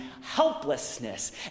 helplessness